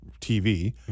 TV